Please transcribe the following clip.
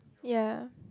ya